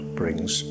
brings